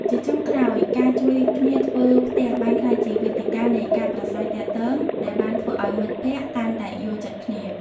ជាចុងក្រោយ ការជួយគ្នាធ្វើផ្ទះបានក្លាយជាវេទិការនៃការប្រាស្រ័យទាក់ទងដែលបានធ្វើឲ្យមិត្តភក្តិកាន់តែយល់ពីគ្នា។